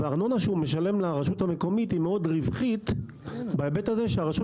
והארנונה שהוא משלם לרשות המקומית היא מאוד רווחית בהיבט הזה שהרשות